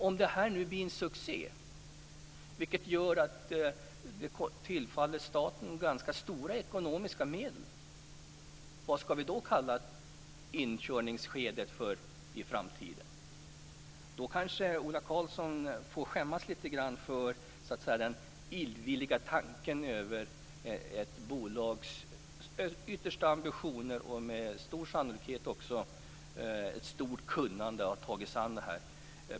Om nu detta blir en succé, vilket kommer att innebära stora ekonomiska medel till staten, vad ska vi då kalla inkörningsskedet i framtiden? Då kanske Ola Karlsson får skämmas lite för den illvilliga tanken över ett bolags yttersta ambitioner och stora kunnande för att ta sig an detta.